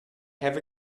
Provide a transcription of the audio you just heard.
have